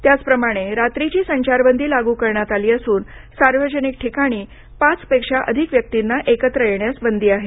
त्याचप्रमाणे रात्रीची संचारबंदी लागू करण्यात आली असून सार्वजनिक ठिकाणी पाचपेक्षा अधिक व्यक्तींनी एकत्र येण्यास बंदी आहे